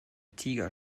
tiger